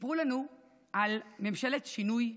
סיפרו לנו על ממשלת שינוי,